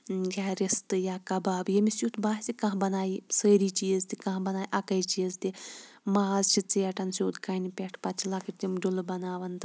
یا رِستہٕ یا کَباب ییٚمس یُتھ باسہِ کانٛہہ بَنایہِ سٲری چیٖز تہِ کانٛہہ بَنایہِ اَکٕے چیٖز تہِ ماز چھِ ژیٹان سیوٚد کَنہِ پیٹھ پَتہٕ چھِ لۄکٕٹۍ تِم ڈُلہٕ بَناوان تہٕ